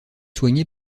soigné